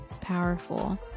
powerful